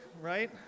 right